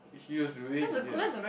he was a real genius